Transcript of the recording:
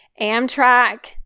Amtrak